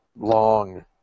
long